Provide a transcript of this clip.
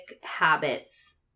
habits